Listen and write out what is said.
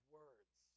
words